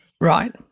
Right